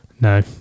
no